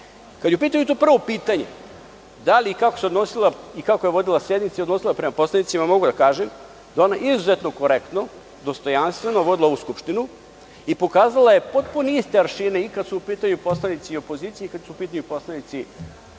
je u pitanju to prvo pitanje, da li i kako se odnosila i kako je vodila sednice i odnosila prema poslanicima, mogu da kažem da je ona izuzetno korektno, dostojanstveno vodila ovu Skupštinu i pokazala je potpuno iste aršine i kada su u pitanju poslanici opozicije i kada su u pitanju poslanici